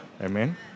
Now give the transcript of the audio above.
Amen